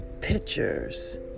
pictures